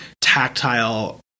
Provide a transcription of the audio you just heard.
tactile